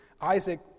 Isaac